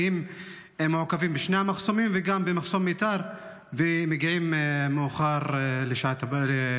כי הם מעוכבים בשני המחסומים וגם במחסום ביתר ומגיעים מאוחר הביתה.